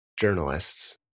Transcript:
journalists